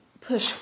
push